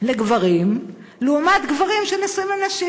לגברים לעומת גברים שנשואים לנשים?